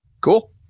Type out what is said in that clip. Cool